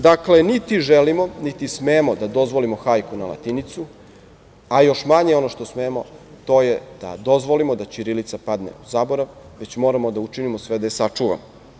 Dakle, niti želimo niti smemo da dozvolimo hajku na latinicu, a još manje ono što smemo to je da dozvolimo da ćirilica padne u zaborav, već moramo da učinimo sve da je sačuvamo.